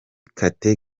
kate